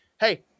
Hey